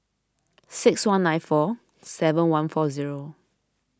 six one nine four seven one four zero